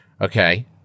Okay